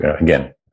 again